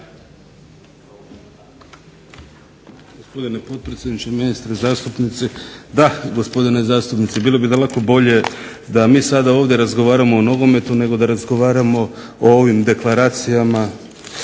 Gospodine potpredsjedniče, ministri, zastupnici. Da, gospodine zastupnici, bilo bi daleko bolje da mi sada ovdje razgovaramo o nogometu nego da razgovaramo o ovim deklaracijama,